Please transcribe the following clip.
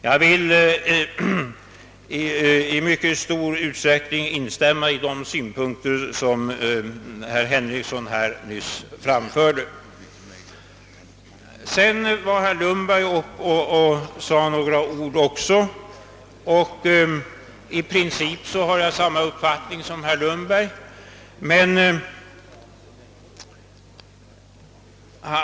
Jag vill i mycket stor utsträckning instämma i de synpunkter som herr Henrikson därvidlag nyss framförde. I princip har jag också samma uppfattning som herr Lundberg.